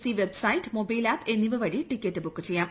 C website mobile app എന്നിവ വഴി ticket book ചെയ്യാം